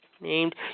named